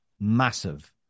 massive